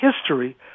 history